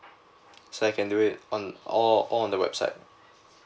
so I can do it on all all on the website